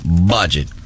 budget